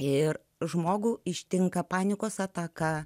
ir žmogų ištinka panikos ataka